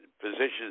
positions